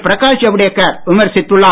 பிரகாஷ் ஜவடேகர் விமர்சித்துள்ளார்